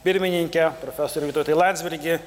pirmininke profesoriau vytautai landsbergi